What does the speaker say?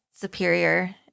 superior